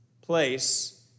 place